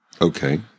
Okay